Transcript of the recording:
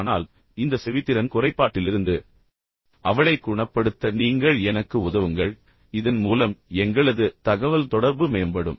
ஆனால் இந்த செவித்திறன் குறைபாட்டிலிருந்து அவளைக் குணப்படுத்த நீங்கள் எனக்கு உதவுங்கள் இதன் மூலம் எங்களது தகவல் தொடர்பு மேம்படும்